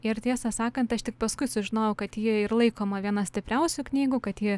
ir tiesą sakant aš tik paskui sužinojau kad ji ir laikoma viena stipriausių knygų kad ji